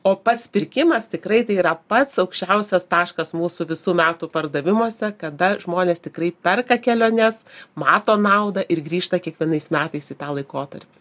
o pats pirkimas tikrai tai yra pats aukščiausias taškas mūsų visų metų pardavimuose kada žmonės tikrai perka keliones mato naudą ir grįžta kiekvienais metais į tą laikotarpį